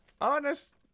Honest